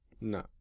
No